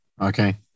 okay